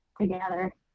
together